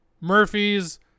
Murphy's